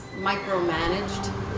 micromanaged